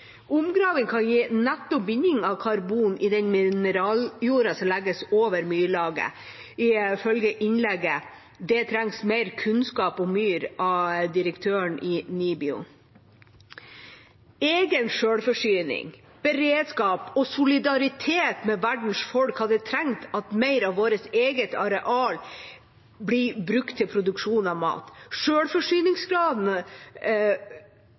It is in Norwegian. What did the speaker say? Omgraving kan gi netto binding av karbon i den mineraljorda som legges over myrlaget, ifølge innlegget «Det trengs mer kunnskap om myr» av direktøren i NIBIO. Sjølforsyning, beredskap og solidaritet med verdens folk hadde trengt at mer av vårt eget areal ble brukt til produksjon av mat. Sjølforsyningsgraden